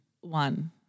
one